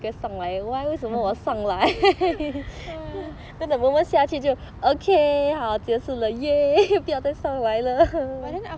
but then after